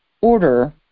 order